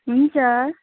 हुन्छ